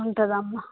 ఉంటుందమ్మా